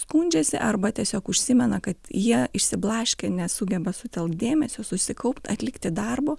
skundžiasi arba tiesiog užsimena kad jie išsiblaškę nesugeba sutelkt dėmesio susikaupt atlikti darbo